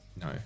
No